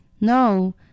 No